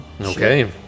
Okay